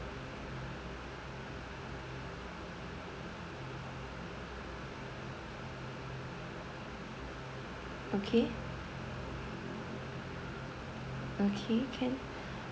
okay okay can